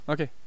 Okay